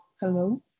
hello